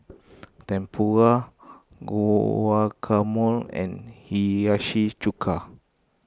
Tempura Guacamole and Hiyashi Chuka